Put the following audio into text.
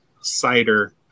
cider